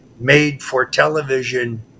made-for-television